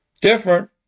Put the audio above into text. Different